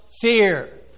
fear